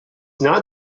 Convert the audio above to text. not